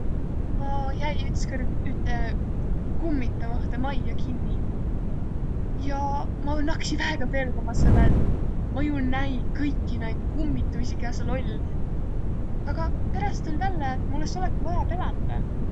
Ma jäi ütskõrd ütte kummitavahtõ majja kinniq. Ja ma naksi väega pelgämä, selle et ma ju näi kõiki naid kummituisi, kiä sääl oll'. Agaq peräst tull' vällä, et mul es olõki vaja pelätäq.